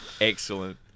Excellent